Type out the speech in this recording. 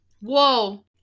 Whoa